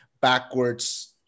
backwards